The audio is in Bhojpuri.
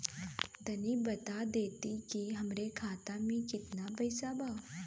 तनि बता देती की हमरे खाता में कितना पैसा बा?